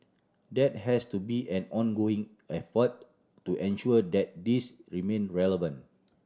that has to be an ongoing effort to ensure that this remain relevant